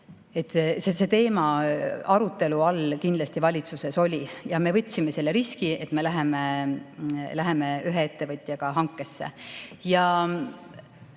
See teema arutelu all kindlasti valitsuses oli ja me võtsime selle riski, et me läheme ühe ettevõtjaga hankesse. See